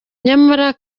nyamara